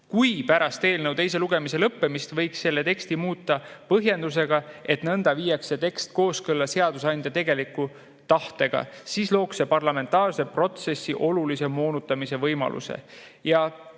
Kui pärast eelnõu teise lugemise lõppemist võiks seda teksti muuta põhjendusega, et nõnda viiakse tekst kooskõlla seadusandja tegeliku tahtega, siis looks see parlamentaarse protsessi olulise moonutamise võimaluse.